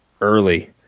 early